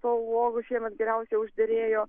tų uogų šiemet geriausiai užderėjo